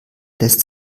lässt